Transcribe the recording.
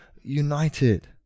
united